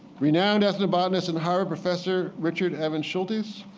renowned ethnobotanist and harvard professor, richard evans schultes,